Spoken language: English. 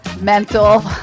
mental